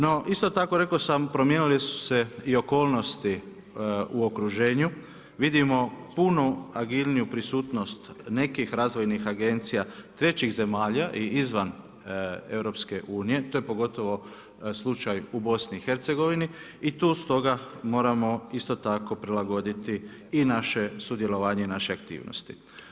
No, isto tako rekao sam promijenile su se i okolnosti u okruženju, vidimo puno agilniju prisutnost nekih razvojnih agencija trećih zemalja i izvan EU, to je pogotovo slučaj u BiH i tu stoga moramo isto tako prilagoditi i naše sudjelovanje i naše aktivnosti.